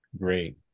great